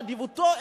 באדיבותו,